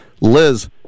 Liz